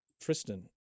Tristan